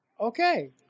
Okay